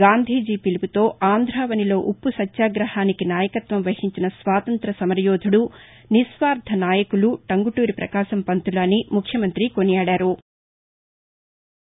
గాంధీజీ పిలుపుతో ఆంధ్రావనిలో ఉప్పు సత్యాగహానికి నాయకత్వం వహించిన స్వాతంత్ర్య సమర యోధుడు నిస్పార్ల నాయకులు టంగుటూరి పకాశం పంతులు అని ముఖ్యమంత్రి కొనియాడారు